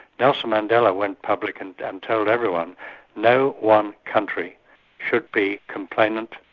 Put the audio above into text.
nelson mandela went public and um told everyone no one country should be complainant,